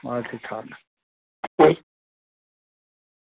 हाल ठीक ठाक